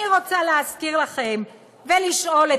אני רוצה להזכיר לכם ולשאול אתכם: